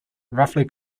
roughly